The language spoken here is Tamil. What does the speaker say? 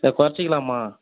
குறச்சிக்கிலாம்மா